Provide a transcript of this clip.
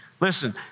Listen